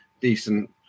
decent